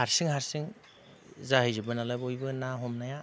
हारसिं हारसिं जाहैजोबो नालाय बयबो ना हमनाया